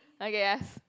okay ask